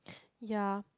ya